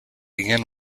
ian